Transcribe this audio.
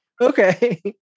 Okay